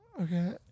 Okay